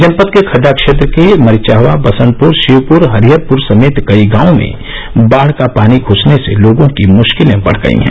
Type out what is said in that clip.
जनपद के खड्डा क्षेत्र के मरिचहवा बसंतपुर शिवपुर हरिहरपुर समेत कई गांवों में बाढ़ का पानी घुसने से लोगों की मुश्किलें बढ़ गयी हैं